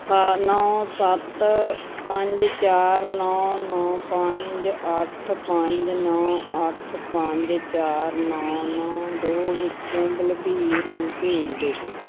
ਸਾ ਨੌਂ ਸੱਤ ਪੰਜ ਚਾਰ ਨੌਂ ਨੌਂ ਪੰਜ ਅੱਠ ਪੰਜ ਨੌਂ ਅੱਠ ਪੰਜ ਚਾਰ ਨੌਂ ਨੌਂ ਦੋ ਵਿੱਚੋਂ ਬਲਬੀਰ ਨੂੰ ਭੇਜ ਦੇਵੋ